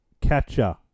Catcher